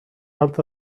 alta